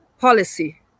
policy